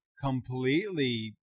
completely